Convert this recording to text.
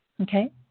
Okay